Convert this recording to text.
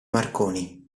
marconi